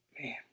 Man